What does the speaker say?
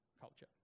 culture